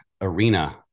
arena